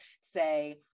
say